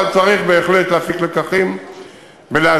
אבל צריך בהחלט להפיק לקחים ולהסדיר.